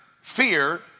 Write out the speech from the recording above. fear